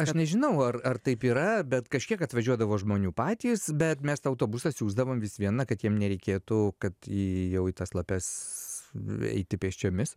aš nežinau ar ar taip yra bet kažkiek atvažiuodavo žmonių patys bet mes tą autobusą siųsdavom vis viena kad jiem nereikėtų kad jau į tas lapes eiti pėsčiomis